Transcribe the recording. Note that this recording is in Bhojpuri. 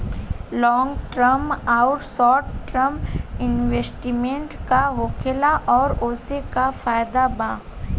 लॉन्ग टर्म आउर शॉर्ट टर्म इन्वेस्टमेंट का होखेला और ओसे का फायदा बा?